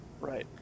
Right